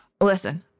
Listen